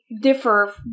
differ